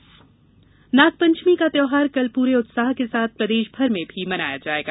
नागपंचमी नागपंचमी का त्यौहार कल पूरे उत्साह के साथ प्रदेशभर में भी मनाया जाएगा